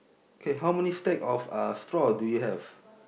K how many stack of uh straw do you have